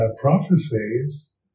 prophecies